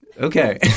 Okay